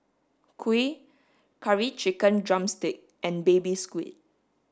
kuih curry chicken drumstick and baby squid